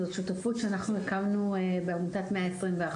זו שותפות שאנחנו הקמנו בעמותת 121,